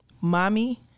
mommy